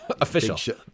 Official